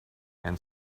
and